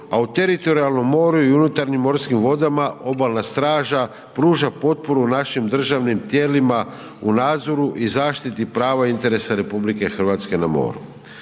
a u teritorijalnom moru i unutarnjim morskim vodama obalna straža pruža potporu našim državnim tijelima u nadzoru i zaštiti prava i interesa RH na moru.